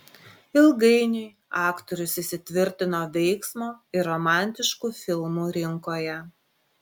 ilgainiui aktorius įsitvirtino veiksmo ir romantiškų filmų rinkoje